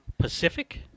Pacific